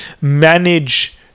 manage